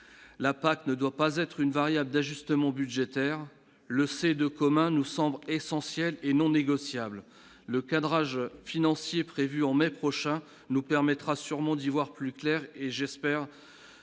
la PAC ne doit pas être une variable d'ajustement budgétaire le C2 commun nous semble essentiel et non négociable le cadrage financier prévu en mai prochain nous permettra sûrement d'y voir plus clair et j'espère,